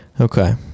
Okay